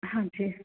ਹਾਂਜੀ